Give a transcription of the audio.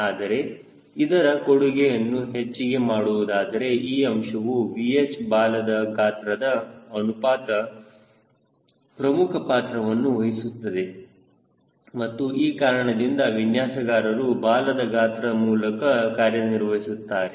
ಆದರೆ ಇದರ ಕೊಡುಗೆಯನ್ನು ಹೆಚ್ಚಿಗೆ ಮಾಡುವುದಾದರೆ ಈ ಅಂಶವು VH ಬಾಲದ ಗಾತ್ರದ ಅನುಪಾತ ಪ್ರಮುಖ ಪಾತ್ರವನ್ನು ವಹಿಸುತ್ತದೆ ಮತ್ತು ಈ ಕಾರಣದಿಂದ ವಿನ್ಯಾಸಗಾರರು ಬಾಲದ ಗಾತ್ರ ಮೂಲಕ ಕಾರ್ಯನಿರ್ವಹಿಸುತ್ತಾರೆ